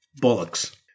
Bollocks